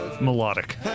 melodic